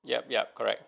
yup yup correct